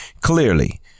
clearly